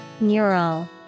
Neural